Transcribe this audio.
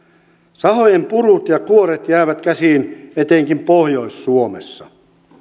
sahojen purut ja kuoret jäävät käsiin etenkin pohjois suomessa